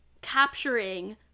capturing